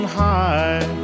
high